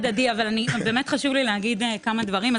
באמת חשוב לי להגיד כמה דברים.